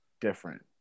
Different